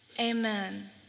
Amen